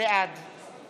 בעד